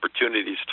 opportunities